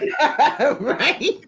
right